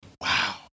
wow